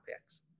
picks